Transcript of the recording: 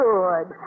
Good